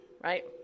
right